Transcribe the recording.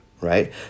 right